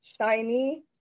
shiny